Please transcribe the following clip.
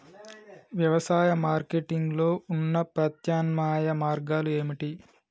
వ్యవసాయ మార్కెటింగ్ లో ఉన్న ప్రత్యామ్నాయ మార్గాలు ఏమిటి?